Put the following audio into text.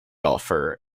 offer